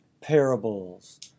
parables